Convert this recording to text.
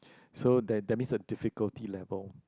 so that that means the difficulty level